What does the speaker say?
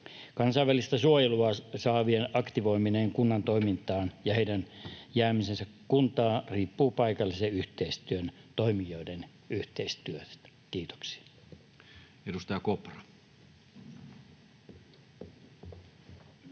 Kansainvälistä suojelua saavien aktivoiminen kunnan toimintaan ja heidän jäämisensä kuntaan riippuu paikallisten toimijoiden yhteistyöstä. — Kiitoksia.